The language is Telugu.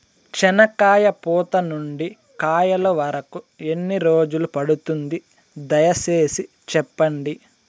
చెనక్కాయ పూత నుండి కాయల వరకు ఎన్ని రోజులు పడుతుంది? దయ సేసి చెప్పండి?